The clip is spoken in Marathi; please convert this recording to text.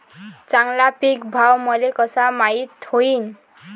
चांगला पीक भाव मले कसा माइत होईन?